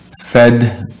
fed